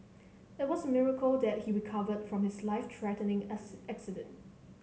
it was a miracle that he recovered from his life threatening accident